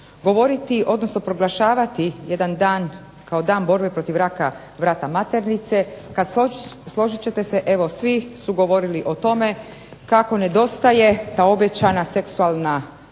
govoriti, odnosno proglašavati jedan dan kao Dan borbe protiv raka vrata maternice kad složit ćete se evo svi su govorili o tome kako nedostaje ta obećana seksualna